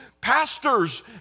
pastors